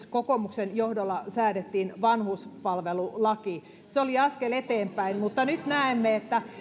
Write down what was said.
kokoomuksen johdolla säädettiin vanhuspalvelulaki se oli askel eteenpäin mutta nyt näemme että